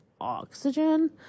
oxygen